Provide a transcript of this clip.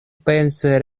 pensoj